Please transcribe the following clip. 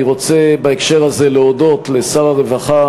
אני רוצה בהקשר הזה להודות לשר הרווחה